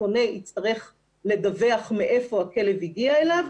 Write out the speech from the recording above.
הקונה יצטרך לדווח מאיפה הכלב הגיע אליו,